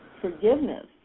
forgiveness